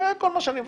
זה כל מה שאני מבקש.